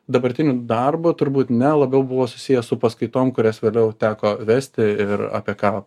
dabartiniu darbu turbūt ne labiau buvo susiję su paskaitom kurias vėliau teko vesti ir apie ką